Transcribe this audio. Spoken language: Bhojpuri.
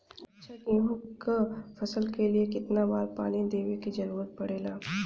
अच्छा गेहूँ क फसल के लिए कितना बार पानी देवे क जरूरत पड़ेला?